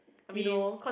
you know